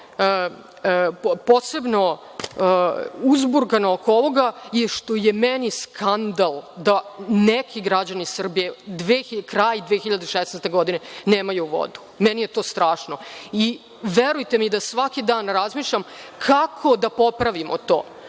posebno uzburkana oko ovoga je što je meni skandal da neki građani Srbije krajem 2016. godine nemaju vodu. Meni je to strašno. Verujte mi da svaki dan razmišljam kako da popravimo to.